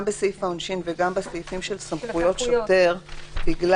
גם בסעיף העונשין וגם בסעיפים של סמכויות שוטר בגלל